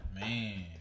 Man